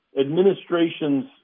administrations